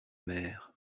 mer